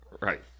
right